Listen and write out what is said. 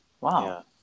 wow